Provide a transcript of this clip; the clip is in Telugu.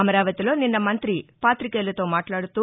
అమరావతిలో నిన్న మంతి పాతికేయులతో మాట్లాడుతూ